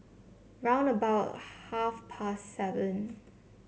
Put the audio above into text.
round about half past seven